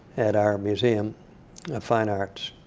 at our museum of fine arts,